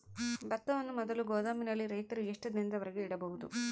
ಭತ್ತವನ್ನು ಮೊದಲು ಗೋದಾಮಿನಲ್ಲಿ ರೈತರು ಎಷ್ಟು ದಿನದವರೆಗೆ ಇಡಬಹುದು?